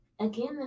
Again